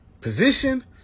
position